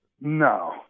No